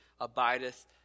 abideth